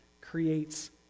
creates